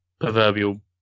proverbial